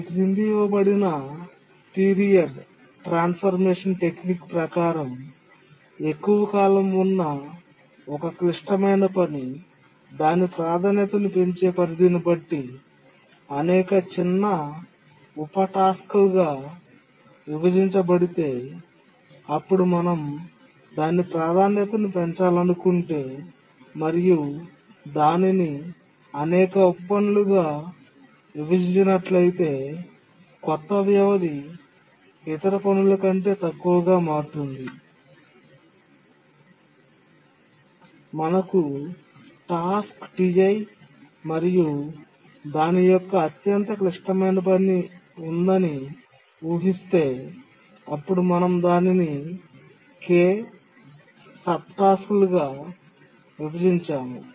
ఈ క్రింద ఇవ్వబడిన పీరియడ్ ట్రాన్స్ఫర్మేషన్ టెక్నిక్ ప్రకారం ఎక్కువ కాలం ఉన్న ఒక క్లిష్టమైన పని దాని ప్రాధాన్యతను పెంచే పరిధిని బట్టి అనేక చిన్న ఉప టాస్క్లుగా విభజించబడితే అప్పుడు మనం దాని ప్రాధాన్యతను పెంచాలనుకుంటే మరియు దానిని అనేక ఉప పనులు గా విభజించినట్లయితే కొత్త వ్యవధి ఇతర పనుల కంటే తక్కువగా మారుతుంది మనకు టాస్క్ Ti మరియు దాని యొక్క అత్యంత క్లిష్టమైన పని ఉందని ఊహిస్తే అప్పుడు మనం దానిని K సబ్ టాస్క్లుగా విభజించాము